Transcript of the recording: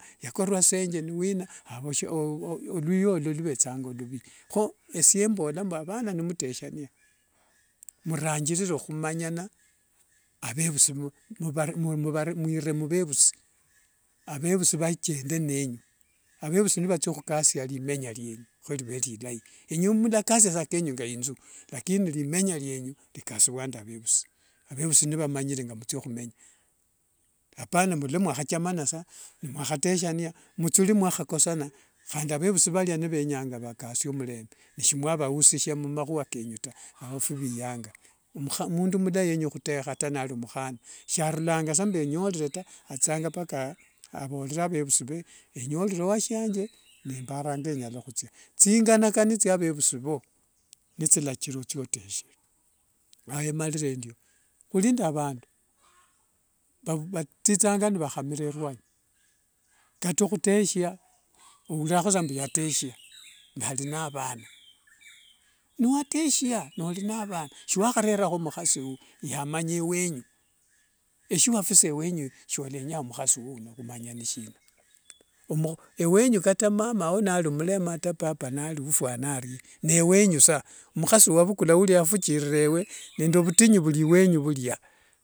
Yakorwa senje newina luya olo luvetsanga oluvi ho esye mbola mbu avana nimteshania mrangirire humanyana muiire muvevusi, avevusi vachende nenyu, avevusi nivatsohukasya rimenya rienyu huriverilayi, enywe mulakasya sa akenyu nge inzu lakini rimenya rienyu rikasivuanga nde avevusi, avevusi nivamanyire nga mutsia ohumenya, apana mbu lwa mwahachamana sa nemwaheteshania mutsuri nemwahakosana khandi avevusi varya navenyanga vakasie omurembe nesimwavahusishia mumahua kenyu ta ao fiviyanga, mundu mulayi niyenya huteha ta nari omukhana sarulanga sa mbu yenyorere ta, atsitsanga mpaka avorere avevusi ve enyorere washiange niiparanga enyala, tsinganakani etsya vevusi vo nitsilachira otsye otehe, awo emarire endyo. Huri nde avandu, vatsitsanga nevahamira rwanyi, kata ohuteshyana ourirangaho sa mbu eyateshya ne ari naavana, newateshya nori naavana siwahareraho omuhasiwo yamanya ewenyu, eshia wafisa wenyu shiolenyanga muhasiwo uno humanya neshina, ewenyu kata mamawo nari omurema kata papa nari oufwana arie neewenyu sa, omuhasi owavukula urya wafuchirira yewe nende ovutinyu ovuri ewenyu vuria